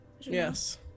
Yes